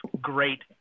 great